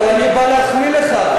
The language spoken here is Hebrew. אבל אני בא להחמיא לך.